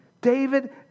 David